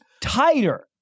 Tighter